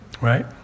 Right